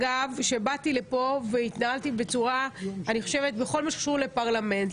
כשבאתי לפה והתנהלתי בצורה בכל מה שקשור בפרלמנט,